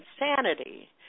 insanity